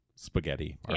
spaghetti